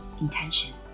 intention